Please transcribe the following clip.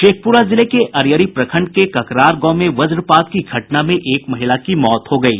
शेखपुरा जिले के अरियरी प्रखंड के ककरार गांव में वज्रपात की घटना में एक महिला की मौत हो गयी